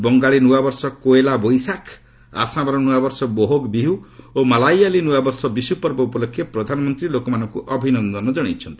ବଙ୍ଗାଳୀ ନୂଆବର୍ଷ କୋଏଲା ବୋଇଶାଖ୍ ଆସାମର ନୂଆବର୍ଷ ବୋହଗ୍ ବିହୁ ଓ ମାଲାୟାଲୀ ନୂଆବର୍ଷ ବିଷୁ ପର୍ବ ଉପଲକ୍ଷେ ପ୍ରଧାନମନ୍ତ୍ରୀ ଲୋକମାନଙ୍କୁ ଅଭିନନ୍ଦନ ଜଣାଇଛନ୍ତି